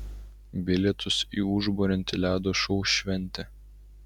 bilietus į užburiantį ledo šou šventė